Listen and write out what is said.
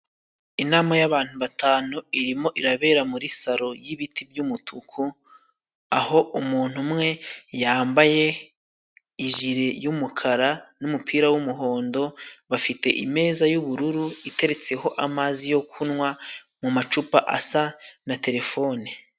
Inama y'abantu batanu irimo irabera muri salo y'ibiti by'umutuku aho umuntu umwe yambaye ijili y'umukara n'umupira w'umuhondo, bafite i ameza y'ubururu iteretseho amazi yo kunywa, mu macupa asa na telefone.